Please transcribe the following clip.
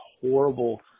horrible